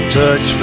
touch